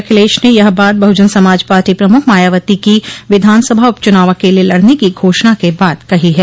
अखिलेश ने यह बात बहुजन समाज पार्टी प्रमुख मायावती की विधानसभा उपचुनाव अकेले लड़ने की घोषणा के बाद कही है